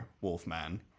Wolfman